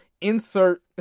insert